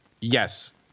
yes